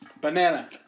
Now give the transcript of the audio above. Banana